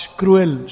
cruel